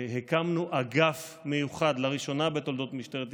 הקמנו אגף מיוחד, לראשונה בתולדות משטרת ישראל,